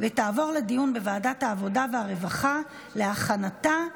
לוועדת העבודה והרווחה נתקבלה.